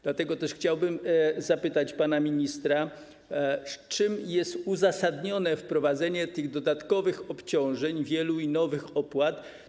Dlatego też chciałbym zapytać pana ministra, czym jest uzasadnione wprowadzenie tych dodatkowych obciążeń, wielu nowych opłat.